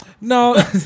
No